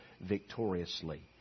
victoriously